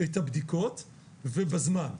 גם אמינות הבדיקות והמסקנות של מבצע אנטיגן אחד,